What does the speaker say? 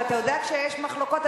ואתה יודע שכשיש מחלוקות,